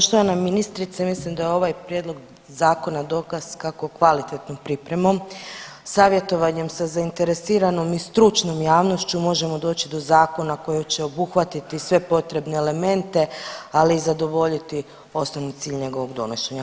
Poštovana ministrice, mislim da je ovaj prijedlog zakona dokaz kako kvalitetnom pripremom, savjetovanjem sa zainteresiranom i stručnom javnošću možemo doći do zakona koji će obuhvatiti sve potrebne elemente, ali i zadovoljiti osnovni cilj njegovog donošenja.